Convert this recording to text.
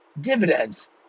Dividends